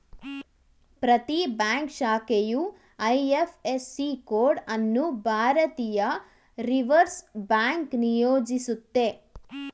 ಪ್ರತಿ ಬ್ಯಾಂಕ್ ಶಾಖೆಯು IFSC code ಅನ್ನು ಭಾರತೀಯ ರಿವರ್ಸ್ ಬ್ಯಾಂಕ್ ನಿಯೋಜಿಸುತ್ತೆ